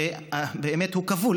ובאמת הוא כבול,